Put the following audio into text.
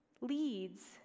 leads